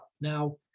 Now